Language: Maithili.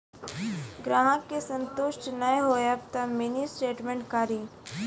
ग्राहक के संतुष्ट ने होयब ते मिनि स्टेटमेन कारी?